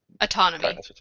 Autonomy